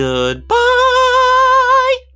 Goodbye